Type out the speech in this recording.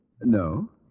No